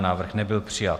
Návrh nebyl přijat.